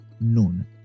known